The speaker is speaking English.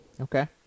Okay